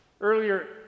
earlier